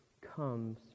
comes